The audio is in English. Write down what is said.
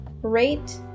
Rate